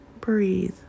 breathe